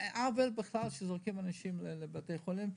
עוול בכלל שזורקים אנשים מבתי חולים,